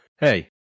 Hey